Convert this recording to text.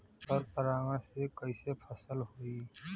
पर परागण से कईसे फसल होई?